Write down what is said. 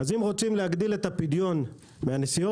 אם רוצים להגדיל את הפדיון מהנסיעות,